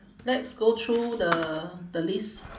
let's go through the the list